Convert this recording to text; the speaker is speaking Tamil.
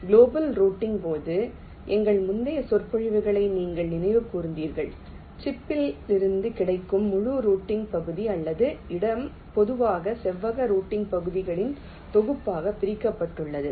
குளோபல் ரூட்டிங் போது எங்கள் முந்தைய சொற்பொழிவுகளை நீங்கள் நினைவு கூர்ந்தீர்கள் சிப்பில் கிடைக்கும் முழு ரூட்டிங் பகுதி அல்லது இடம் பொதுவாக செவ்வக ரூட்டிங் பகுதிகளின் தொகுப்பாக பிரிக்கப்பட்டுள்ளது